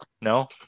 No